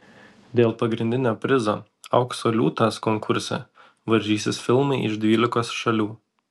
dėl pagrindinio prizo aukso liūtas konkurse varžysis filmai iš dvylikos šalių